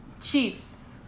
Chiefs